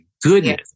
goodness